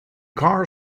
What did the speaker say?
car